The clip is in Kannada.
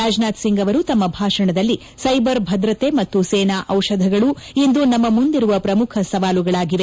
ರಾಜನಾಥ್ ಸಿಂಗ್ ಅವರು ತಮ್ಮ ಭಾಷಣದಲ್ಲಿ ಸೈಬರ್ ಭದ್ರತೆ ಮತ್ತು ಸೇನಾ ಔಷಧಗಳು ಇಂದು ನಮ್ಮ ಮುಂದಿರುವ ಪ್ರಮುಖ ಸವಾಲುಗಳಾಗಿವೆ